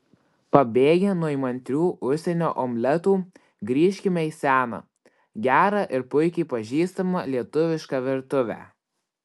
pabėgę nuo įmantrių užsienio omletų grįžkime į seną gerą ir puikiai pažįstamą lietuvišką virtuvę